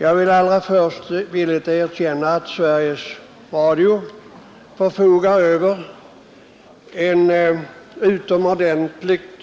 Jag vill allra först villigt erkänna att Sveriges Radio förfogar över en utomordentligt